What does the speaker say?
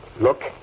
look